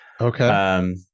Okay